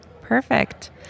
Perfect